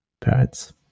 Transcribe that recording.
parents